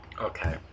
okay